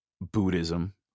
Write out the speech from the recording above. Buddhism